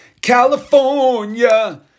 California